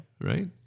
right